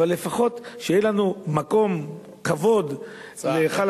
אבל לפחות שיהיה לנו מקום כבוד להיכל